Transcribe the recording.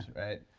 right?